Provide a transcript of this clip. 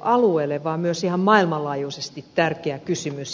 alueelle vaan myös ihan maailmanlaajuisesti tärkeä kysymys